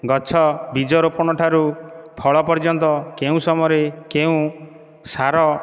ଗଛ ବୀଜ ରୋପଣଠାରୁ ଫଳ ପର୍ଯ୍ୟନ୍ତ କେଉଁ ସମୟରେ କେଉଁ ସାର